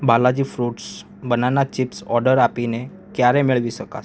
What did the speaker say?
Balaji fruits banana chips order આપીને ક્યારે મેળવી શકાશે